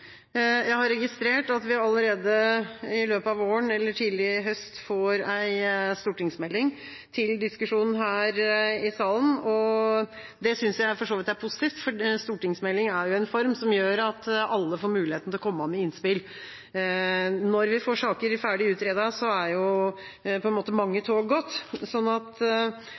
Jeg har registrert at vi allerede i løpet av våren eller tidlig i høst får en stortingsmelding til diskusjon her i salen. Det synes jeg for så vidt er positivt, for en stortingsmelding er jo en form som gjør at alle får muligheten til å komme med innspill. Når vi får saker ferdig utredet, er jo på en måte mange tog gått, så jeg håper at